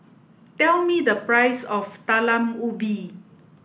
tell me the price of talam ubi